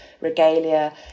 regalia